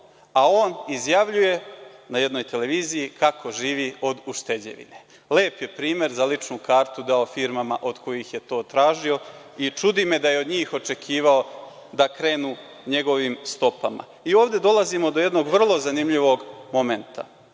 a on izjavljuje na jednoj televiziji kako živi od ušteđevine. Lep je primer za ličnu kartu dao firmama od kojih je to tražio. Čudi me da je od njih očekivao da krenu njegovim stopama. Ovde dolazimo do jednog vrlo zanimljivog momenta,